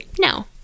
no